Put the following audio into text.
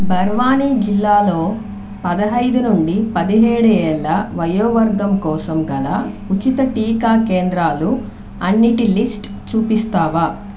బర్వాణి జిల్లాలో పదహైదు నుండు పదిహేడు ఏళ్ళ వయోవర్గం కోసం గల ఉచిత టీకా కేంద్రాలు అన్నిటి లిస్ట్ చూపిస్తావా